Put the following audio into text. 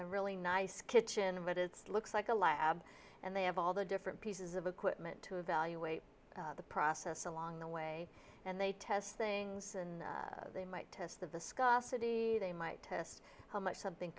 a really nice kitchen but it's looks like a lab and they have all the different pieces of equipment to evaluate the process along the way and they test things and they might test of the sky they might test how much something